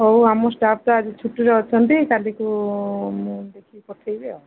ହଉ ଆମ ଷ୍ଟାଫ୍ ତ ଆଜି ଛୁଟିରେ ଅଛନ୍ତି କାଲିକୁ ମୁଁ ପଠେଇବି ଆଉ